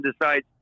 decide